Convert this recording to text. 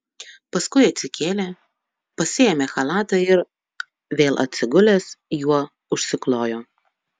paskui atsikėlė pasiėmė chalatą ir vėl atsigulęs juo užsiklojo